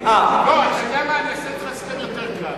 אתה יודע מה, אני אעשה את זה בהסכם יותר קל.